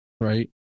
right